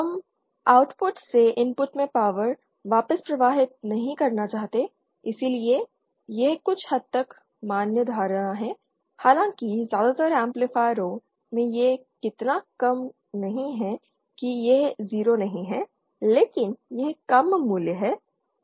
हम आउटपुट से इनपुट में पावर वापस प्रवाहित नहीं करना चाहते हैं इसलिए यह कुछ हद तक मान्य धारणा है हालांकि ज्यादातर एम्पलीफायरों में यह इतना कम नहीं है कि यह 0 नहीं है लेकिन यह कम मूल्य है